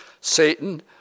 Satan